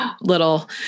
little